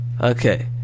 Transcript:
Okay